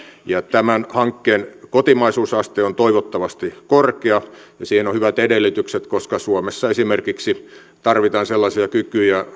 tämän hankkeen kotimaisuusaste on toivottavasti korkea ja siihen on hyvät edellytykset koska suomessa laivoillamme tarvitaan esimerkiksi sellaisia kykyjä